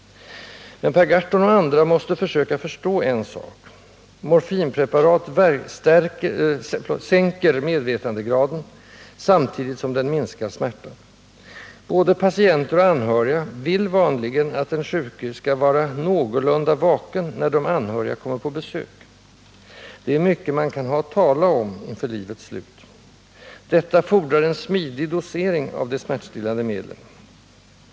Men Per Gahrton och andra måste försöka förstå en sak: Morfinpreparat sänker medvetandegraden, samtidigt som de minskar smärtan. Både patienter och anhöriga vill vanligen att den sjuke skall vara någorlunda vaken, när de anhöriga kommer på besök. Det är mycket man kan ha att tala om inför livets slut. Detta fordrar en smidig dosering av de smärtstillande medlen.